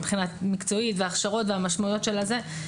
מבחינה מקצועית וההכשרות והמשמעויות של זה,